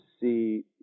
see